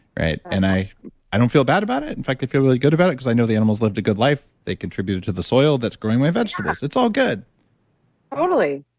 right? and i i don't feel bad about it. in fact, i feel really good about it because i know the animals lived a good life. they contributed to the soil that's growing my vegetables, it's all good totally.